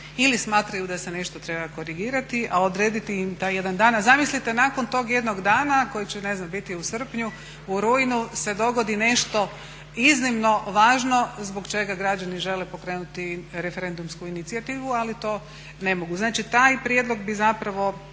ili smatraju da se nešto treba korigirati, a odrediti im taj jedan dan. A zamislite, nakon tog jednog dana koji će biti ne znam biti u srpnju, u rujnu se dogodi nešto iznimno važno zbog čega građani žele pokrenuti referendumsku inicijativu, ali to ne mogu. Znači, taj prijedlog bi zapravo